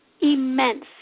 immense